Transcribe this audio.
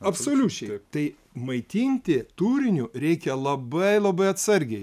absoliučiai tai maitinti turiniu reikia labai labai atsargiai